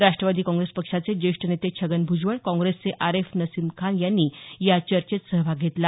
राष्टवादी काँग्रेस पक्षाचे ज्येष्ठ नेते छगन भ्जबळ काँग्रेसचे आरेफ नसीम खान यांनी या चर्चेत सहभाग घेतला